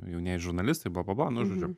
jaunieji žurnalistai bla bla bla nu žodžiu